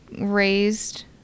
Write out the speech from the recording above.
raised